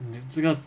你这个